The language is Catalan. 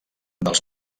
dels